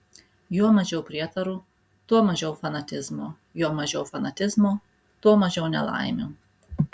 juo mažiau prietarų tuo mažiau fanatizmo juo mažiau fanatizmo tuo mažiau nelaimių